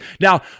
Now